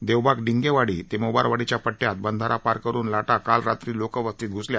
देवबाग डिंगेवाडी ते मोबारवाडीच्या पट्ट्यात बंधारा पार करून लाटा काल रात्री लोकवस्तीत घुसल्या